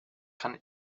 kann